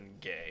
gay